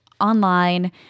online